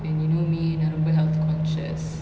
and you know me நா ரொம்ப:na romba health conscious